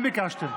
ביקשתם.